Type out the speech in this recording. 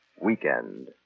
Weekend